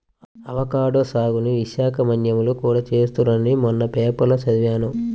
avocado సాగుని విశాఖ మన్యంలో కూడా చేస్తున్నారని మొన్న పేపర్లో చదివాను